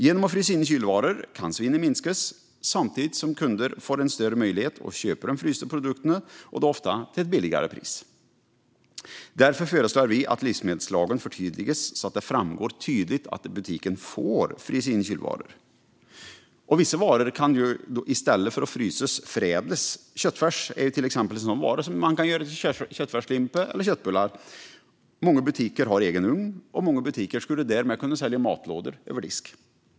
Genom att frysa in kylvaror kan svinnet minskas samtidigt som kunder får en större möjlighet att köpa de frysta produkterna, och då ofta till ett lägre pris. Därför föreslår vi att livsmedelslagen förtydligas så att det tydligt framgår att en butik får frysa in kylvaror. Vissa varor kan också förädlas i stället för att frysas. Köttfärs, till exempel, är en sådan vara, som man kan göra köttfärslimpa eller köttbullar av. Många butiker har egen ugn och skulle därmed kunna sälja matlådor över disk.